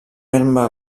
herba